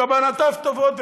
שכוונותיו טובות,